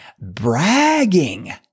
bragging